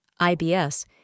IBS